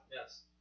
Yes